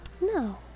No